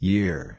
Year